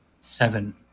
seven